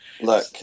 look